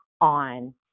on